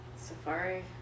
Safari